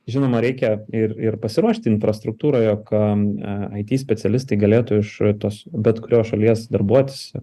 žinoma reikia ir ir pasiruošti infrastruktūroje kam it specialistai galėtų iš tos bet kurios šalies darbuotis